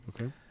okay